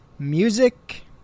Music